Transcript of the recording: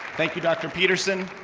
thank you, dr. peterson.